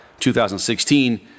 2016